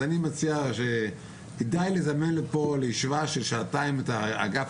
אז אני מציע שכדאי לזמן לפה לישיבה של שעתיים את האגף